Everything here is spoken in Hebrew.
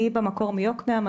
אני במקור מיקנעם.